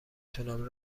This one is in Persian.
تونم